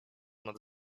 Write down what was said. nad